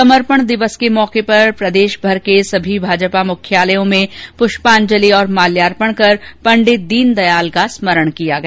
समर्पण दिवस के मौके पर प्रदेशभर के सभी भाजपा मुख्यालयों में पुष्पांजलि और माल्यार्पण कर पंडित दीनदयाल का स्मरण किया गया